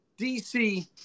DC